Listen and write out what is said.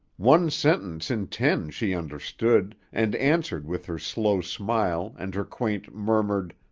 one sentence in ten she understood and answered with her slow smile and her quaint, murmured,